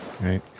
right